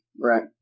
Right